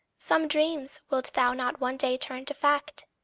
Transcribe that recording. some dreams wilt thou not one day turn to fact?